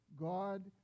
God